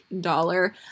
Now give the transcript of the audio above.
Dollar